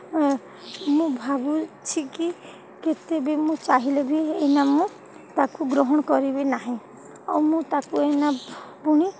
ମୁଁ ଭାବୁଛି କି କେତେ ବି ମୁଁ ଚାହିଁଲେ ବି ଏଇନା ମୁଁ ତାକୁ ଗ୍ରହଣ କରିବି ନାହିଁ ଆଉ ମୁଁ ତାକୁ ଏଇନା ପୁଣି